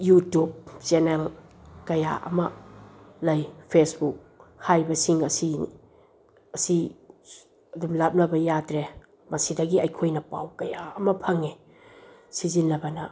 YouTube channel ꯀꯌꯥ ꯑꯃ ꯂꯩ ꯐꯦꯁꯕꯨꯛ ꯍꯥꯏꯕꯁꯤꯡ ꯑꯁꯤꯅꯤ ꯑꯁꯤ ꯑꯗꯨꯝ ꯂꯥꯞꯅꯕ ꯌꯥꯗ꯭ꯔꯦ ꯃꯁꯤꯗꯒꯤ ꯑꯩꯈꯣꯏꯅ ꯄꯥꯎ ꯀꯌꯥ ꯑꯃ ꯐꯪꯏ ꯁꯤꯖꯤꯟꯅꯕꯅ